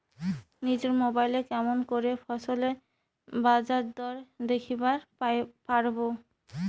নিজের মোবাইলে কেমন করে ফসলের বাজারদর দেখিবার পারবো?